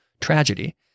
tragedy